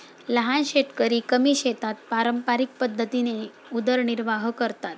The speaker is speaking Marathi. लहान शेतकरी कमी शेतात पारंपरिक पद्धतीने उदरनिर्वाह करतात